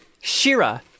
Shira